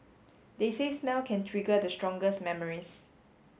they say smell can trigger the strongest memories